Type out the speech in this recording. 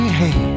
hey